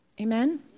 Amen